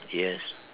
yes